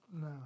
No